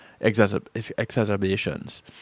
exacerbations